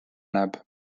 näeb